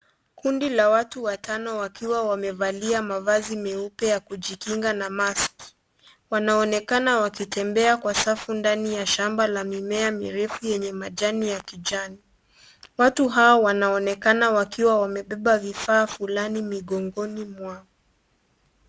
Kundi la watu watano wakiwa wamevalia mavazi meupe ya kujikinga na maski. Wanaonekana wakitembea Kwa safu ndani ya shamba la mimea mirefu yenye majani ya kijani . Watu hao wanaonekana wakiwa wamebeba vifaa fulani mikongoni mwao.